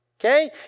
Okay